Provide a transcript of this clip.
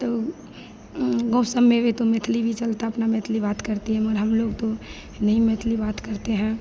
तो गाँव सब में भी तो मैथिली भी चलती है अपना मैथिली में बात करती है मगर हमलोग तो नहीं मैथिली बात करते हैं